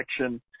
action